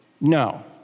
No